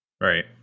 Right